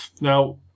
Now